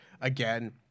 Again